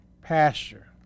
pasture